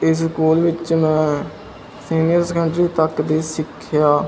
ਇਸ ਸਕੂਲ ਵਿੱਚ ਮੈਂ ਸੀਨੀਅਰ ਸੈਕੰਡਰੀ ਤੱਕ ਦੀ ਸਿੱਖਿਆ